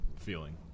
feeling